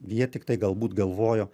jie tiktai galbūt galvojo